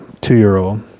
two-year-old